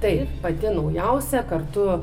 taip pati naujausia kartu